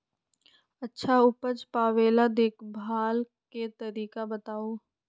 अच्छा उपज पावेला देखभाल के तरीका बताऊ?